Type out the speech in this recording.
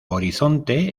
horizonte